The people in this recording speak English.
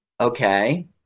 Okay